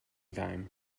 time